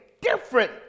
different